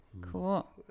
Cool